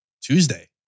Tuesday